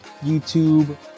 YouTube